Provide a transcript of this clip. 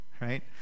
right